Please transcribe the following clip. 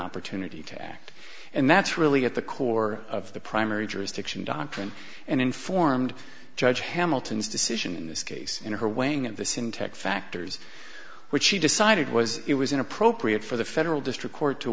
opportunity to act and that's really at the core of the primary jurisdiction doctrine and informed judge hamilton's decision in this case in her weighing of this in tech factors which she decided was it was inappropriate for the federal district court to